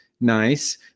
Nice